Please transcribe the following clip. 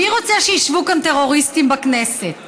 מי רוצה שישבו כאן טרוריסטים בכנסת?